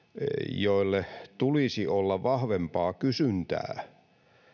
joille tulisi olla vahvempaa kysyntää